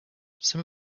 some